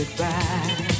goodbye